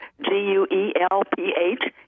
G-U-E-L-P-H